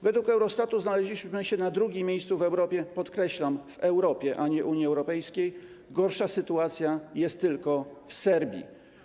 Według Eurostatu znaleźliśmy się na 2. miejscu w Europie, podkreślam: w Europie, a nie Unii Europejskiej, gorsza sytuacja jest tylko w Serbii.